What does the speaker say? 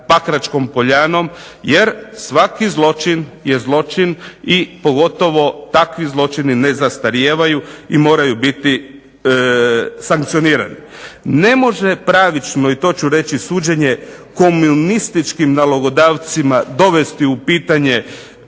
Pakračkom poljanom jer svaki zločin je zločin i pogotovo takvi zločini ne zastarijevaju i moraju biti sankcionirani. Ne može pravično i to ću reći suđenje komunističkim nalogodavcima dovesti u pitanje